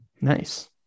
Nice